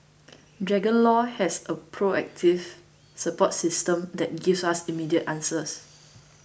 Dragon Law has a proactive support system that gives us immediate answers